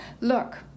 Look